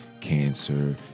cancer